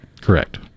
Correct